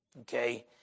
Okay